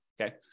Okay